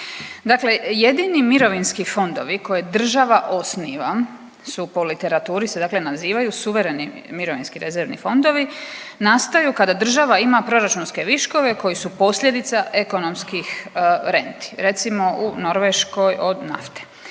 Dakle, jedini mirovinski fondovi koje država osniva su po literaturi se dakle nazivaju suvereni mirovinski rezervni fondovi. Nastaju kada država ima proračunske viškove koji su posljedica ekonomskih renti, recimo u Norveškoj od nafte.